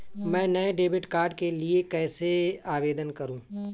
मैं नए debit card के लिए कैसे आवेदन करूं?